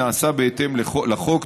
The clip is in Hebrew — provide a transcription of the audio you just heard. נעשה בהתאם לחוק,